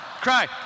cry